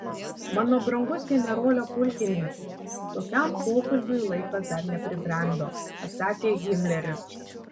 mano brangus generole pulkininke tokiam pokalbiui laikas dar nepribrendo atsakė himleris